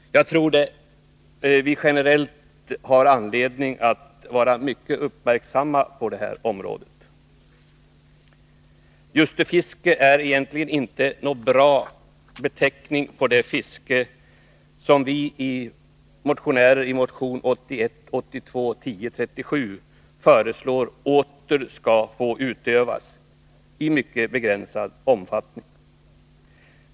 Jag tror att vi generellt har anledning att vara mycket uppmärksamma på det här området. Ljusterfiske är egentligen inte någon bra beteckning på det fiske som vi motionärer i motionen 1981/82:1037 föreslår åter skall få utövas i mycket begränsad omfattning.